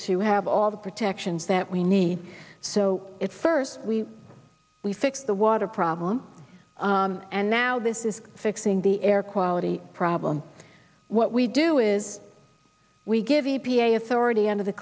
to have all the protections that we need so it's first we we fix the water problem and now this is fixing the air quality problem what we do is we give the p a authority under the